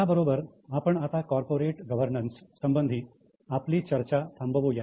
याबरोबर आपण आता कॉर्पोरेट गव्हर्नन्स संबंधी आपली चर्चा थांबवूया